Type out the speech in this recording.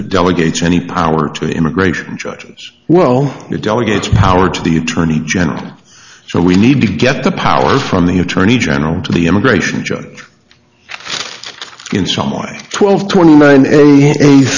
the delegates any power to immigration judges well their delegates power to the attorney general so we need to get the powers from the attorney general to the immigration judge in some way twelve twenty